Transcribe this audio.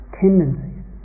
tendencies